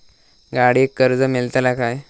गाडयेक कर्ज मेलतला काय?